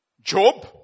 Job